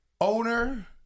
owner